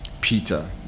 peter